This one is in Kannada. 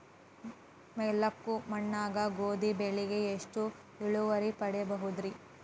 ಮೆಕ್ಕಲು ಮಣ್ಣಾಗ ಗೋಧಿ ಬೆಳಿಗೆ ಎಷ್ಟ ಇಳುವರಿ ಪಡಿಬಹುದ್ರಿ?